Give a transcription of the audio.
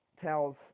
tells